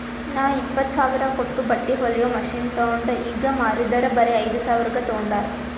ನಾ ಇಪ್ಪತ್ತ್ ಸಾವಿರ ಕೊಟ್ಟು ಬಟ್ಟಿ ಹೊಲಿಯೋ ಮಷಿನ್ ತೊಂಡ್ ಈಗ ಮಾರಿದರ್ ಬರೆ ಐಯ್ದ ಸಾವಿರ್ಗ ತೊಂಡಾರ್